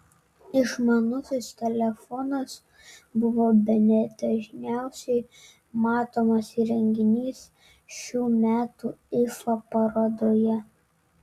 išmanusis telefonas buvo bene dažniausiai matomas įrenginys šių metų ifa parodoje